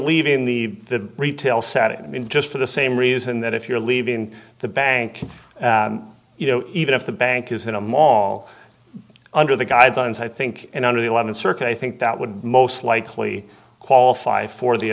leaving the the retail sat and just for the same reason that if you're leaving the bank you know even if the bank is in a mall under the guidelines i think in under the th circuit i think that would most likely qualify for the